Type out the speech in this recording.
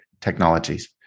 Technologies